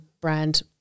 brand